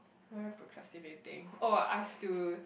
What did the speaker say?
what am I procrastinating oh I've to